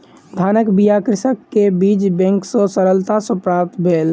धानक बीया कृषक के बीज बैंक सॅ सरलता सॅ प्राप्त भेल